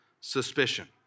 suspicion